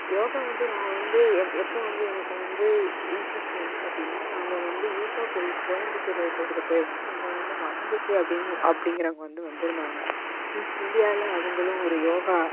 யோகா வந்து நான் வந்து எப்போது வந்து எனக்கு வந்து இன்ட்ரஸ்ட் வந்துச்சு அப்படின்னா நாங்கள் வந்து ஈஷா கோயிலுக்கு கோயம்பத்தூரில் இருக்கிறதுக்கு போயிருந்தோம் அங்கே வந்து மஹரிஷி அப்படினு அப்படிங்குறவங்க வந்து வந்திருந்தாங்க இந்தியாவில் அவர்களும் ஒரு யோகா